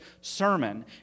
sermon